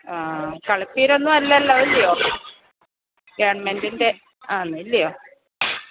ആ കളിപ്പീരൊന്നും അല്ലല്ലോ ഇല്ലിയോ ഗവൺമെൻ്റിൻ്റെ ആന്നില്ലയോ